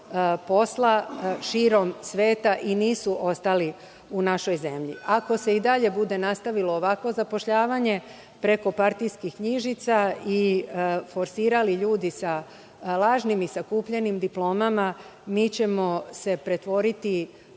posao širom sveta i nisu ostali u našoj zemlji. Ako se i dalje bude nastavilo ovakvo zapošljavanje, preko partijskih knjižica i forsirali ljudi sa lažnim i kupljenim diplomama, mi ćemo se pretvoriti